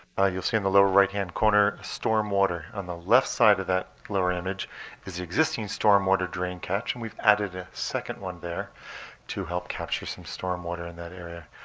you'll see in the lower right hand corner stormwater. on the left side of that lower image is the existing stormwater drain catch, and we've added a second one there to help capture some stormwater in that area.